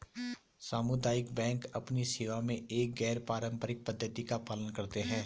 सामुदायिक बैंक अपनी सेवा में एक गैर पारंपरिक पद्धति का पालन करते हैं